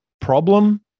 problem